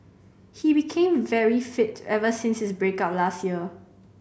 he became very fit ever since his break up last year